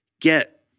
get